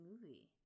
movie